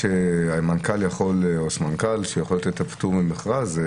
שהמנכ"ל או הסמנכ"ל יכול לתת פטור ממכרז.